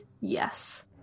yes